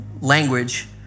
language